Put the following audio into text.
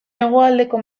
hegoaldeko